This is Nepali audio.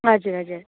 हजुर हजुर